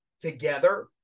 together